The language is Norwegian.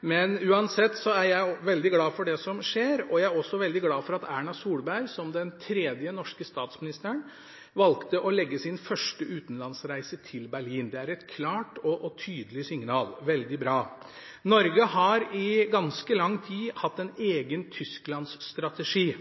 men uansett er jeg veldig glad for det som skjer. Jeg er også veldig glad for at Erna Solberg som den tredje norske statsministeren valgte å legge sin første utenlandsreise til Berlin. Det er et klart og tydelig signal – veldig bra. Norge har i ganske lang tid hatt en egen Tyskland-strategi.